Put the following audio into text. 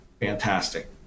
Fantastic